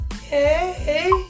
Hey